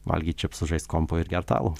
valgyt čipsus žaist kompu ir gert alų